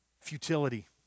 Futility